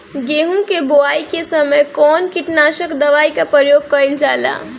गेहूं के बोआई के समय कवन किटनाशक दवाई का प्रयोग कइल जा ला?